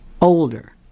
Older